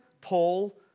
Paul